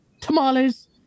Tamales